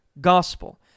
gospel